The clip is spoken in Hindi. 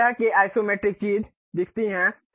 इस तरह से इसोमेट्रिक चीज़ दिखती है